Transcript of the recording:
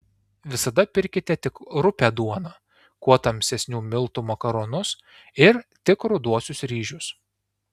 visada pirkite tik rupią duoną kuo tamsesnių miltų makaronus ir tik ruduosius ryžius